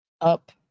up